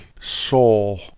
soul